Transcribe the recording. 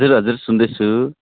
हजुर हजुर सुन्दैछु